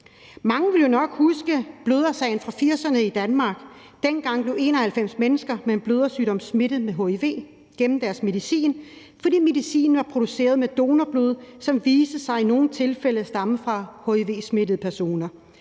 Mange vil jo nok huske blødersagen fra 1980'erne i Danmark. Dengang blev 91 mennesker med en blødersygdom smittet med hiv gennem deres medicin, fordi medicinen var produceret med donorblod, som i nogle tilfælde viste sig at stamme fra hiv-smittede personer.